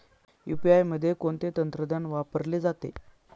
UPI मध्ये कोणते तंत्रज्ञान वापरले जाते?